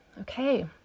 okay